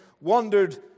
wondered